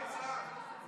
השר יכול